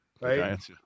right